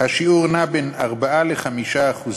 השיעור נע בין 4% ל-5%.